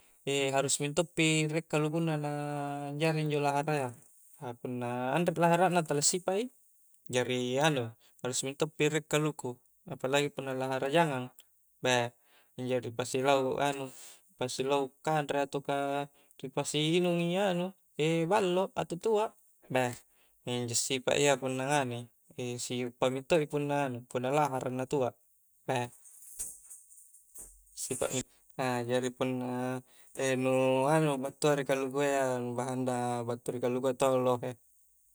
harus mentoppi riek kalukunna na anjari injo laharayya ka punna anrek lahara na tala sipak i, jari anu harus mentoppi riek kaluku apalagi punna lahara jangang beuh injo ripasilau anu pasilau kanre atauka ripasi inungi anu ballo atau tuak beuh injo sipak iya punna nganui si uppa mento i punna anu punna lahara na tuak jari punna nu anu battua ri kalukua iya nu bahan da battu ri kulakua to lohe